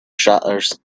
shutters